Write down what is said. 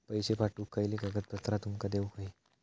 पैशे पाठवुक खयली कागदपत्रा तुमका देऊक व्हयी?